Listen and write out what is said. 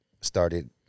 started